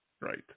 Right